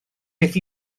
beth